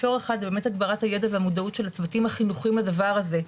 מישור אחד זה באמת הגברת הידע והמודעות של הצוותים החינוכיים לדבר הזה.